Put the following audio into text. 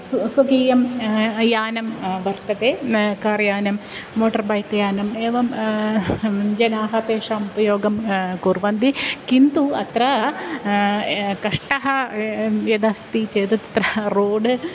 सु स्वकीयं यानं वर्तते कार् यानं मोटर्बैक् यानम् एवं जनाः तेषाम् उपयोगं कुर्वन्ति किन्तु अत्र कष्टः यदस्ति चेत् तत्रः रोड्